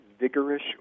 vigorous